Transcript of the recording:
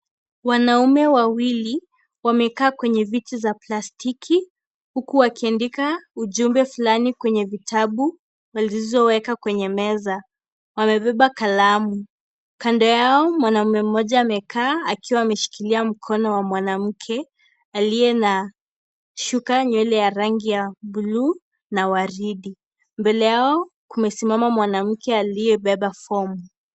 Wanaume wawili wamekaa kwenye viti za plastiki huku wakiandika ujumbe fulani kwenye vitabu walizoweka kwenye meza , wamebeba kalamu . Kando yao mwanaume mmoja amekaa akiwa ameshikilia mkono wa mwanamke aliye na shuka nywele ya rangi ya buluu na waridi . Mbele yao kumesimama mwanamke aliyebeba fomu.